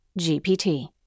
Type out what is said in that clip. GPT